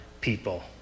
people